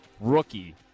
rookie